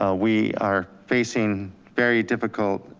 ah we are facing very difficult